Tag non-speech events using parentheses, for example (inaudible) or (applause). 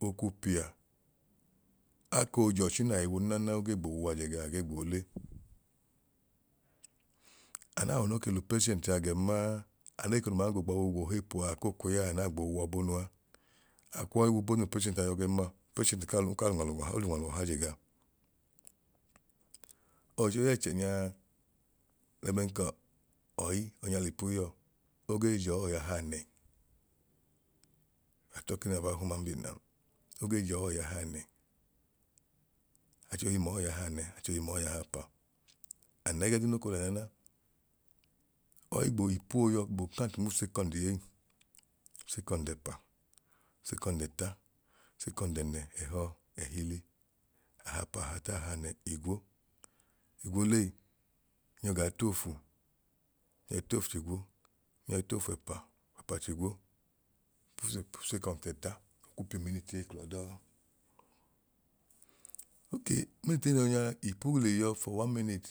Okwu pia akoo jọchi nai wun naana oge gboo wu w'ajẹ gaa age gboo le. Anaawọ no ke l'upatientia gẹn maa aneko nu mango gbọọboobu gboo heepu a akoo ku yaẹẹ naa gboo wọọ bonua akwọi wu bonu upatienti a yọ gẹn ma patient kaa lu kaalu olunwalu ọha je gaa. ọwọicho yẹẹchẹ nyaa lẹbẹn kọọ ọyi ọnya l'ipu yọ ogee jọọ ọyahaanẹ we are talking about human being now, ogee jọọ ọyahaanẹ, achohi mọọ ọyahaanẹ achohi mọọ ọya haapa an ẹgẹduu noko le naana ọyi gboo ipu ooyọ gboo count nmuu second ei second ẹpa second ẹta second ẹnẹ ẹhọ ẹhili ahaapa ahata ahaanẹ igwo igwolei nyọ gaa t'ofu yẹ t'ofuchigwo nyọi t'ofẹpa ofẹpachigwo (unintelligible) second ẹta ku piu minit ei klọndọọ okee minit ei noo yọọ nya ipu le yọ for one minute